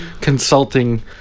consulting